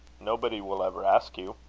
nobody will ever ask you.